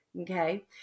Okay